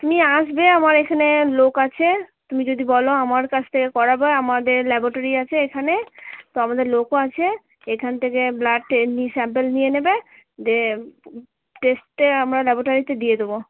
তুমি আসবে আমার এখানে লোক আছে তুমি যদি বলো আমার কাছ থেকে করাবে আমাদের ল্যাবোটারি আছে এখানে আমাদের লোকও আছে এখান থেকে ব্লাড স্যাম্পেল নিয়ে নেবে দিয়ে টেস্টে আমরা ল্যাবোটারিতে দিয়ে দেব